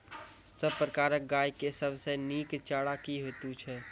सब प्रकारक गाय के सबसे नीक चारा की हेतु छै?